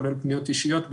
כולל פניות אישיות,